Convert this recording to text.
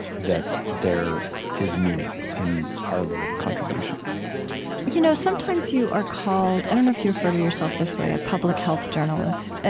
that there is meaning in our little contributions and you know sometimes, you are called i don't know if you refer to yourself this way a public health journalist,